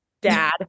dad